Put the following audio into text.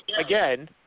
again